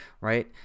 right